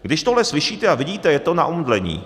Když tohle slyšíte a vidíte, je to na omdlení.